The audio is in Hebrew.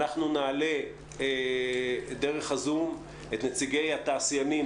אנחנו נעלה דרך הזום את נציגי התעשיינים,